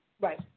Right